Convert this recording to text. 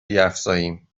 بیفزاییم